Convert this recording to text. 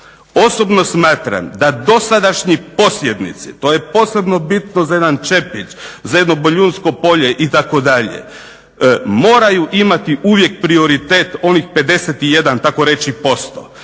Osobno smatram da dosadašnji posjednici, to je posebno bitno za jedan Čepić, za jedno Boljunsko polje itd., moraju imati uvijek prioritet onih 51 tako reći posto.